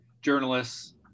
journalists